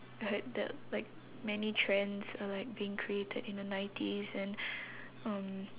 I heard that like many trends are like being created in the nineties and um